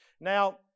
Now